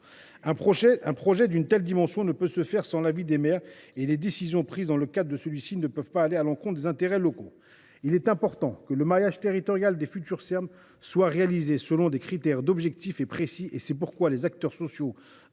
Un projet d’une telle dimension ne saurait en effet se faire sans l’avis des maires et les décisions prises ne sauraient aller à l’encontre des intérêts locaux. Il est important que le maillage territorial des futurs Serm soit réalisé selon des critères objectifs et précis. C’est pourquoi les acteurs locaux